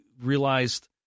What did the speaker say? realized